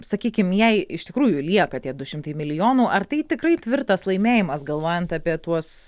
sakykim jei iš tikrųjų lieka tie du šimtai milijonų ar tai tikrai tvirtas laimėjimas galvojant apie tuos